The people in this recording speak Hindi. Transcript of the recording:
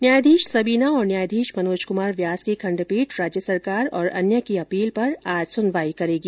न्यायाधीश सबीना और न्यायाधीश मनोज कुमार व्यास की खंडपीठ राज्य सरकार और अन्य की अपील पर आज सुनवाई करेगी